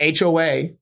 HOA